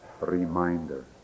reminder